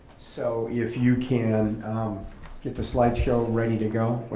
so if you can get the slideshow ready to go,